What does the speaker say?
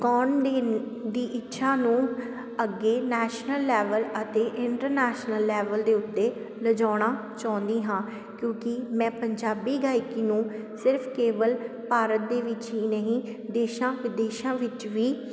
ਗਾਉਣ ਦੀ ਇਨ ਦੀ ਇੱਛਾ ਨੂੰ ਅੱਗੇ ਨੈਸ਼ਨਲ ਲੈਵਲ ਅਤੇ ਇੰਟਰਨੈਸ਼ਨਲ ਲੈਵਲ ਦੇ ਉੱਤੇ ਲਿਜਾਣਾ ਚਾਹੁੰਦੀ ਹਾਂ ਕਿਉਂਕਿ ਮੈਂ ਪੰਜਾਬੀ ਗਾਇਕੀ ਨੂੰ ਸਿਰਫ ਕੇਵਲ ਭਾਰਤ ਦੇ ਵਿੱਚ ਹੀ ਨਹੀਂ ਦੇਸ਼ਾਂ ਵਿਦੇਸ਼ਾਂ ਵਿੱਚ ਵੀ